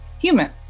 human